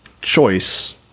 choice